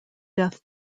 death